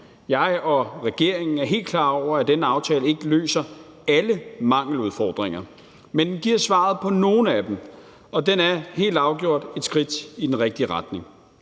Jeg og regeringen er helt klar over, at denne aftale ikke løser alle mangeludfordringer, men den giver svaret på nogle af dem, og den er helt afgjort et skridt i den rigtige retning.